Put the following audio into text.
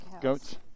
Goats